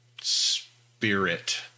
spirit